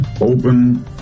open